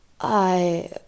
I